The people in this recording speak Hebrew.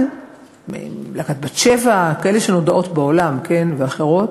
להקת "בת-שבע", כאלה שנודעות בעולם ואחרות,